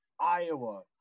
Iowa